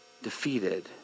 defeated